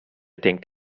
denkt